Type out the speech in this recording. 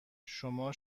شما